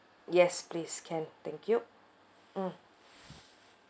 yes please can thank you mm